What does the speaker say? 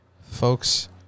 folks